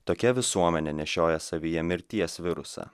tokia visuomenė nešioja savyje mirties virusą